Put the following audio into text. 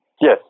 Yes